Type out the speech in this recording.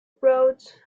brought